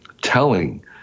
telling